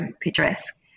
picturesque